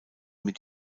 mit